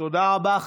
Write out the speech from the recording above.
תודה רבה.